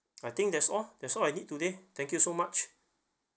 I think that's all that's all I need today thank you so much